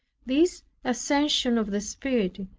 this ascension of the spirit,